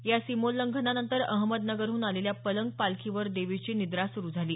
या सीमोछंघनानंतर अहमदनगरहून आलेल्या पलंग पालखीवर देवीची निद्रा सुरु झाली